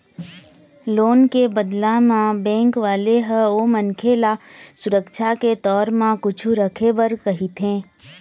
loan के बदला म बेंक वाले ह ओ मनखे ल सुरक्छा के तौर म कुछु रखे बर कहिथे